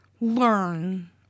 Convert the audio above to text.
learn